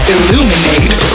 Illuminate